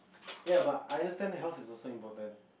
ya but I understand that health is also important